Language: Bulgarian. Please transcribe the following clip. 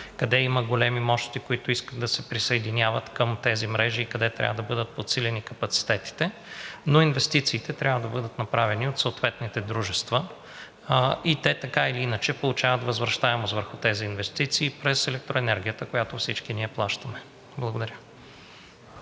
къде има големи мощности, които искат да се присъединяват към тези мрежи, къде трябва да бъдат подсилени капацитетите, но инвестициите трябва да бъдат направени от съответните дружества и те така или иначе получават възвръщаемост върху тези инвестиции през електроенергията, която всички ние плащаме. Благодаря.